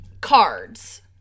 cards